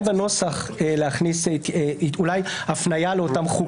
בנוסח להכניס אולי הפניה לאותם חוקים.